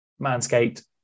Manscaped